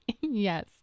Yes